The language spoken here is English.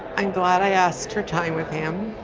i'm glad i asked for time with him,